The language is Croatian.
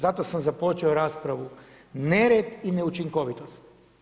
Zato sam započeo raspravu nered i neučinkovitost.